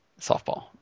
Softball